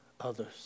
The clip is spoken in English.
others